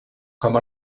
com